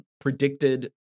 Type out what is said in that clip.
predicted